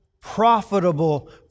profitable